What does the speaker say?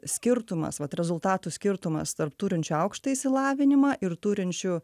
skirtumas vat rezultatų skirtumas tarp turinčių aukštąjį išsilavinimą ir turinčių